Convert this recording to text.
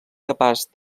capaç